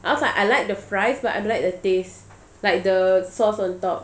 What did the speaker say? I was like I like the fries but I don't like the taste like the sauce on top